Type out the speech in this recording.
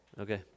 Okay